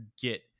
get